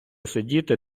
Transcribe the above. сидіти